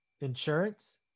Insurance